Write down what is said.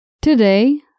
Today